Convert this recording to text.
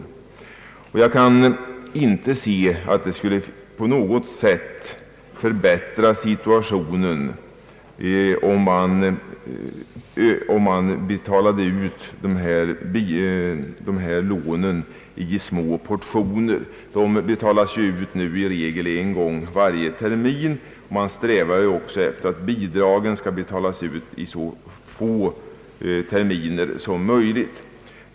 Jag kan inte se att det på något sätt skulle förbättra situationen, om dessa lån skul Ile betalas ut i små portioner. De betalas nu i regel ut en gång varje termin, och man strävar också efter att bidragen skall betalas ut i så få betalningsomgångar som möjligt.